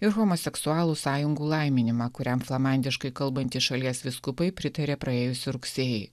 ir homoseksualų sąjungų laiminimą kuriam flamandiškai kalbantys šalies vyskupai pritarė praėjusį rugsėjį